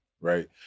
right